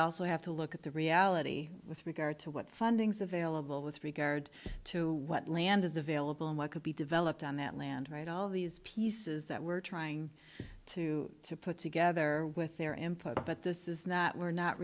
also have to look at the reality with regard to what findings available with regard to what land is available and what could be developed on that land right all these pieces that we're trying to put together with their input but this is not we're not